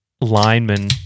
lineman